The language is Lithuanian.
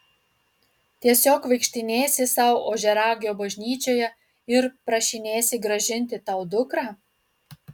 tiesiog vaikštinėsi sau ožiaragio bažnyčioje ir prašinėsi grąžinti tau dukrą